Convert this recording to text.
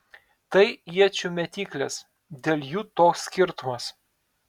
tai iečių mėtyklės dėl jų toks skirtumas